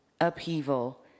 upheaval